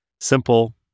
Simple